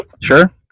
Sure